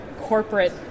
corporate